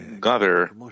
gather